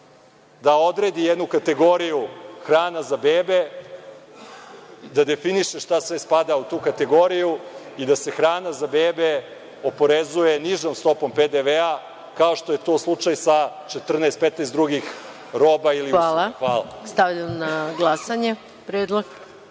da odredi jednu kategoriju hrane za bebe, da definiše šta sve spada u tu kategoriju i da se hrana za bebe oporezuje nižom stopom PDV kao što je to slučaj sa 14-15 drugih roba ili usluga. Hvala. **Maja